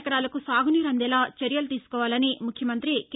ఎకరాలకు సాగునీరు అందేలా చర్యలు తీసుకోవాలని ముఖ్యమంగ్రితి కె